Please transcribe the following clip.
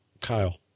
Kyle